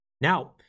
Now